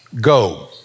Go